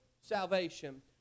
salvation